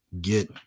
get